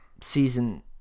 season